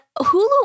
Hulu